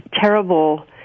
terrible